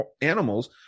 animals